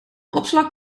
opslag